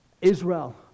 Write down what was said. Israel